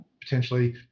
potentially